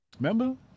Remember